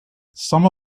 some